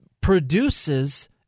produces